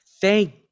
thank